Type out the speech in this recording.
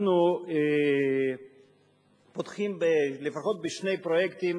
אנחנו פותחים לפחות בשני פרויקטים.